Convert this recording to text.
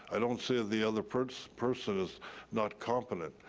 i don't say the other person person is not competent.